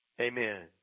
Amen